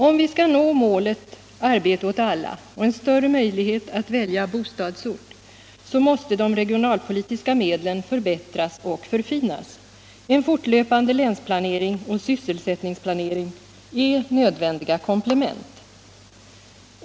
Om vi skall nå målet arbete åt alla och en större möjlighet att välja bostadsort, måste de regional I Allmänpolitisk debatt politiska medlen förbättras och förfinas. En fortlöpande länsplanering och sysselsättningsplanering är nödvändiga komplement.